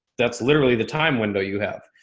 that's literally the time window you have.